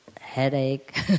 headache